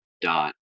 dot